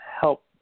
help